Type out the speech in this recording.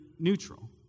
neutral